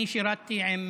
אני שירתי עם